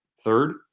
third